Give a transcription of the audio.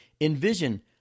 envision